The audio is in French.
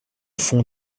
fond